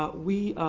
but we,